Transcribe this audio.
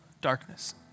darkness